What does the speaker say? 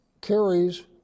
carries